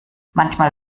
manchmal